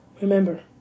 remember